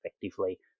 effectively